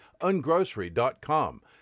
ungrocery.com